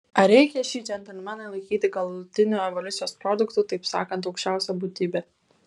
ar reikia šį džentelmeną laikyti galutiniu evoliucijos produktu taip sakant aukščiausia būtybe